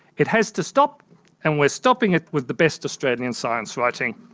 it has to stop and we are stopping it with the best australian science writing.